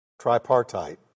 tripartite